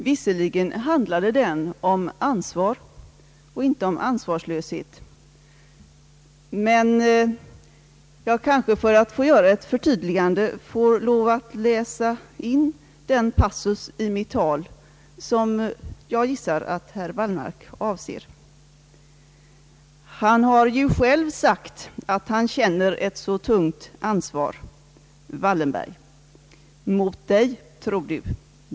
Visserligen handlade den om ansvar och inte om ansvarslöshet, men jag kanske för att göra ett förtydligande får lov att till protokollet läsa in den passus i mitt tal som jag gissar att herr Wallmark avser: »Han har ju själv sagt att han känner ett sådant tungt ansvar, Wallenberg. Mot dig, tror du.